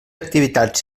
activitats